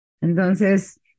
Entonces